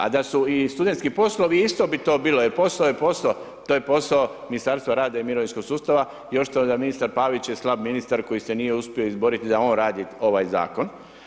A da su i studentski poslovi isto bi to bilo jer posao je posao, to je posao Ministarstva rada i mirovinskog sustava, a još uz to, ministar Pavić je slab ministar koji se nije uspio izboriti da on radi ovaj zakon.